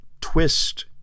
twist